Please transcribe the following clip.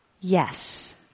yes